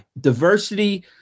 diversity